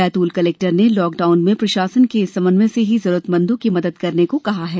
Betul collector ने lockdown में प्रशासन के समन्वय से ही जरूरतमंदों की मदद करने को कहा है